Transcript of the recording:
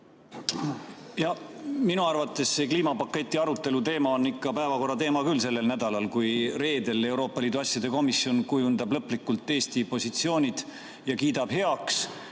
Jah, minu arvates see kliimapaketi arutelu on ikka päevakorra teema küll sellel nädalal. Kui reedel Euroopa Liidu asjade komisjon kujundab lõplikult Eesti positsioonid ja kiidab heaks,